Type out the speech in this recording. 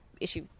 issue